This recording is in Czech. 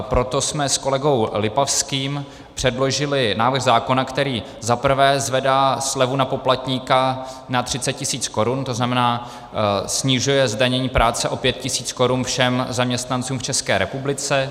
Proto jsme s kolegou Lipavským předložili návrh zákona, který za prvé zvedá slevu na poplatníka na 30 tisíc korun, tzn. snižuje zdanění práce o 5 000 korun všem zaměstnancům v České republice.